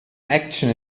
action